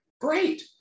Great